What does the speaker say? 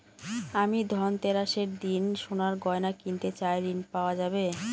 আমি ধনতেরাসের দিন সোনার গয়না কিনতে চাই ঝণ পাওয়া যাবে?